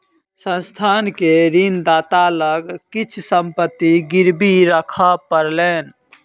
संस्थान के ऋणदाता लग किछ संपत्ति गिरवी राखअ पड़लैन